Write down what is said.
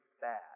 bad